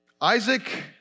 Isaac